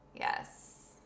Yes